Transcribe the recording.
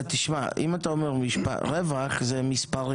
תשמע, אם אתה אומר רווח, זה מספרים.